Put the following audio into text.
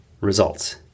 Results